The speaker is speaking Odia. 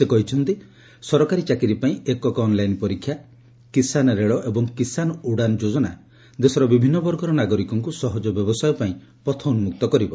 ସେ କହିଛନ୍ତି ସରକାରୀ ଚାକିରି ପାଇଁ ଏକକ ଅନ୍ଲାଇନ୍ ପରୀକ୍ଷା କିଷାନ ରେଳ ଏବଂ କିଷାନ ଉଡ଼ାନ ଯୋଜନା ଦେଶର ବିଭିନ୍ନ ବର୍ଗର ନାଗରିକଙ୍କୁ ସହଜ ବ୍ୟବସାୟ ପାଇଁ ପଥ ଉନ୍କକ୍ତ କରିବ